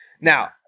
Now